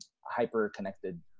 hyper-connected